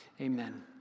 Amen